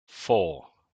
four